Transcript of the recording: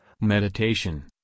meditation